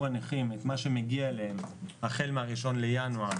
הנכים את מה שמגיע להם החל מה-1 בינואר.